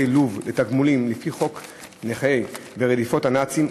לוב לתגמולים לפי חוק נכי רדיפות הנאצים,